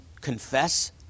Confess